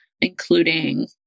including